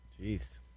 Jeez